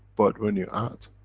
but when you add?